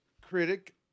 critic